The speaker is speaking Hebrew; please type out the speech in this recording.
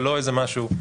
ולא איזה משהו.